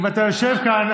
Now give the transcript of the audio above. אם אתה יושב כאן,